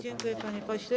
Dziękuję, panie pośle.